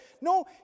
no